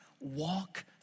walk